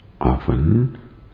Often